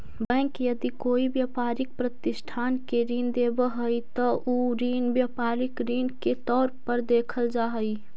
bank यदि कोई व्यापारिक प्रतिष्ठान के ऋण देवऽ हइ त उ ऋण व्यापारिक ऋण के तौर पर देखल जा हइ